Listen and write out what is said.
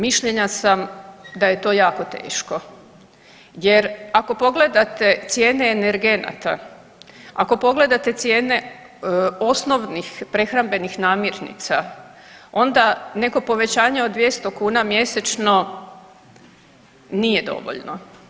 Mišljenja sam da je to jako teško jer ako pogledate cijene energenata, ako pogledate cijene osnovnih prehrambenih namirnica onda neko povećanje od 200 kuna mjesečno nije dovoljno.